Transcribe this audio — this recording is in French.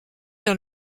dans